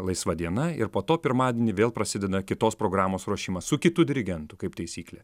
laisva diena ir po to pirmadienį vėl prasideda kitos programos ruošimas su kitu dirigentu kaip taisyklė